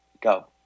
go